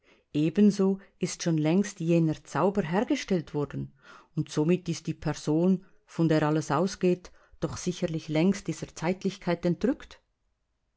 ebenso ist schon längst jener zauber hergestellt worden und somit ist die person von der alles ausgeht doch sicherlich längst dieser zeitlichkeit entrückt